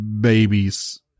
babies